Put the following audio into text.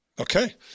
Okay